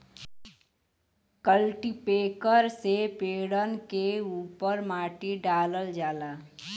cultipacker से पेड़न के उपर माटी डालल जाला